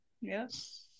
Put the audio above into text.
yes